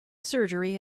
surgery